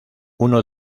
uno